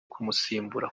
kumusimbura